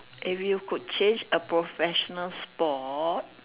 if you could change a professional sport